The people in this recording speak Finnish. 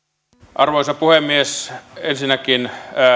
arvoisa puhemies ensinnäkin